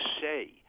say